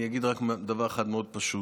אני אגיד רק דבר אחד מאוד פשוט: